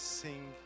sing